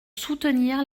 soutenir